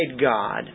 God